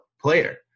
player